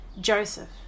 Joseph